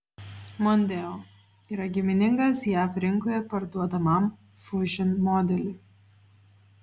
mondeo yra giminingas jav rinkoje parduodamam fusion modeliui